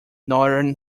northern